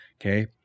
Okay